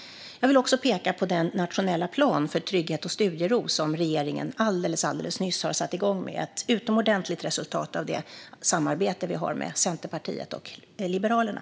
Jag vill också peka på den nationella plan för trygghet och studiero som regeringen alldeles nyss har satt igång med. Det är ett utomordentligt resultat av det samarbete vi har med Centerpartiet och Liberalerna.